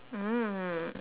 mm